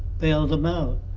bailed them out.